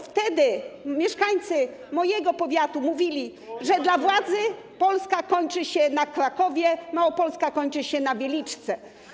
Wtedy mieszkańcy mojego powiatu mówili, że dla władzy Polska kończy się na Krakowie, Małopolska kończy się na Wieliczce.